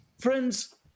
Friends